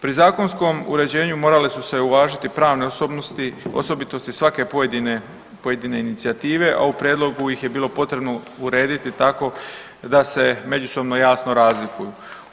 Pri zakonskom uređenju morale su se uvažiti pravne osobnosti, osobitosti svake pojedine inicijative, a u prijedlogu ih je bilo potrebno urediti tako da se međusobno jasno razlikuju.